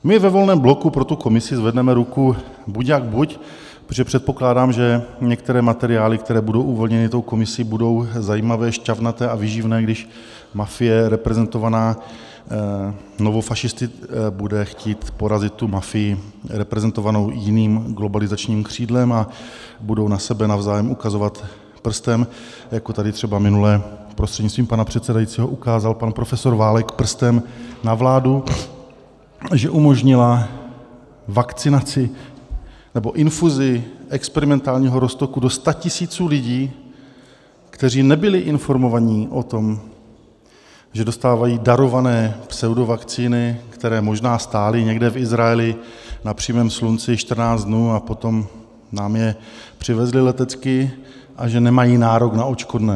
My ve Volném bloku pro tu komisi zvedneme ruku buď jak buď, protože předpokládám, že některé materiály, které budou uvolněny tou komisí, budou zajímavé, šťavnaté a výživné, když mafie reprezentovaná novofašisty bude chtít porazit mafii reprezentovanou jiným globalizačním křídlem, a budou na sebe navzájem ukazovat prstem, jako tady třeba minule, prostřednictvím pana předsedajícího, ukázal pan profesor Válek prstem na vládu, že umožnila vakcinaci nebo infuzi experimentálního roztoku do statisíců lidí, kteří nebyli informovaní o tom, že dostávají darované pseudovakcíny, které možná stály někde v Izraeli na přímém slunci 14 dnů, a potom nám je letecky přivezli, a že nemají nárok na odškodné.